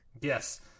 Yes